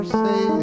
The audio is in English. say